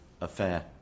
affair